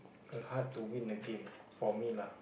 a heart to win the game for me lah